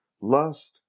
lust